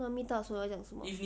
那 meet up 的时候要讲什么